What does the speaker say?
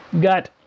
Got